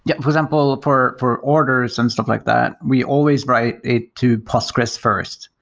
yeah. for example, for for orders and stuff like that, we always write it to postgres first,